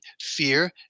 fear